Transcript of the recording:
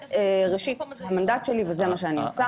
זה המנדט שלי וזה מה שאני עושה.